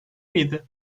miydi